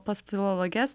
pas filologes